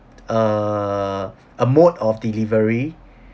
err a mode of delivery